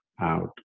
out